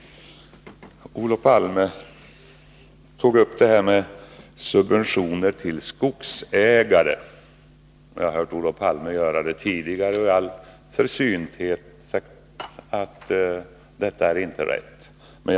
Olof Palme tog upp frågan om subventioner till skogsägare. Jag har hört Olof Palme göra det tidigare, och jag vill i all försiktighet säga att detta inte är rätt.